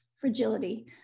fragility